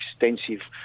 extensive